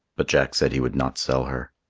but jack said he would not sell her.